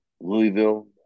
Louisville